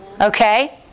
okay